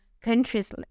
countries